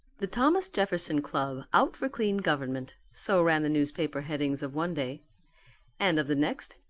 the thomas jefferson club out for clean government, so ran the newspaper headings of one day and of the next,